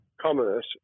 commerce